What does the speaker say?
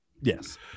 Yes